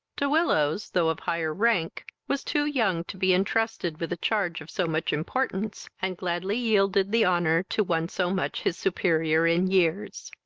de willows, though of higher rank, was too young to be entrusted with a charge of so much importance, and gladly yielded the honour to one so much his superior in years.